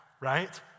right